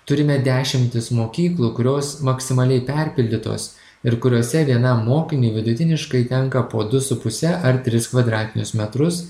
turime dešimtis mokyklų kurios maksimaliai perpildytos ir kuriose vienam mokiniui vidutiniškai tenka po du su puse ar tris kvadratinius metrus